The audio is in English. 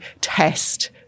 test